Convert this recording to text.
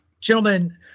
Gentlemen